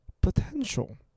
potential